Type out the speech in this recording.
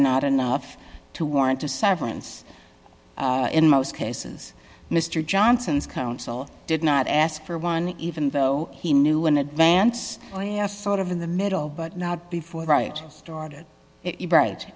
not enough to warrant a severance in most cases mr johnson's counsel did not ask for one even though he knew in advance oh yeah sort of in the middle but not before right started it right